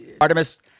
Artemis